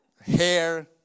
hair